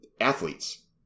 athletes